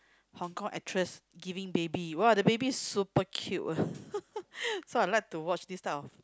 Hong Kong actress giving baby !wah! the baby is super cute ah so I like to watch this type of